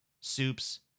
soups